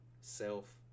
Self